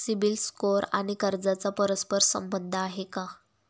CIBIL score आणि कर्जाचा परस्पर संबंध आहे का?